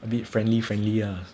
a bit friendly friendly ah